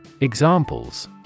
Examples